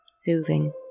soothing